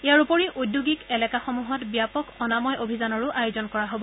ইয়াৰ উপৰিও ঔদ্যোগিক এলেকাসমূহত ব্যাপক অনাময় অভিযানৰো আয়োজন কৰা হ'ব